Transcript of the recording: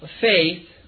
faith